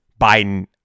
Biden